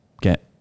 get